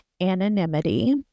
Anonymity